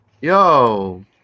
Yo